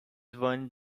one